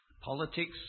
politics